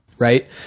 Right